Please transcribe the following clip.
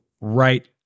right